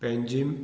Panjim